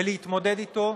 ולהתמודד איתו,